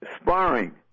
sparring